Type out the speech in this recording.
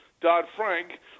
Dodd-Frank